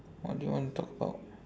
what do you wanna talk about